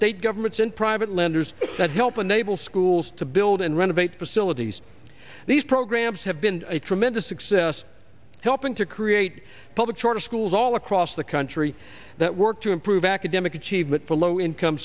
state governments and private lenders that help enable schools to build and renovate facilities these programs have been a tremendous success helping to create public charter schools all across the country that work to improve akademi kaci vote for low income